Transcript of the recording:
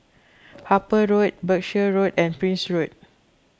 Harper Road Berkshire Road and Prince Road